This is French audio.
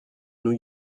new